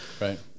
Right